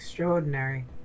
Extraordinary